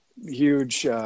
huge –